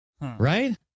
Right